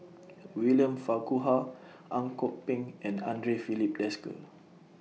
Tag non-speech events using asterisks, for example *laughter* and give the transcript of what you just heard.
*noise* William Farquhar Ang Kok Peng and Andre Filipe Desker